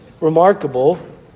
remarkable